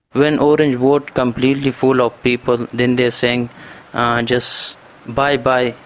when orange boat completely full of people, then they are saying just bye bye,